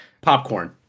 Popcorn